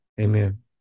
Amen